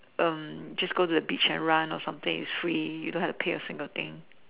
um just go to the beach and run or something it's free you don't have to pay a single thing